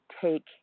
take